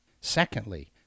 Secondly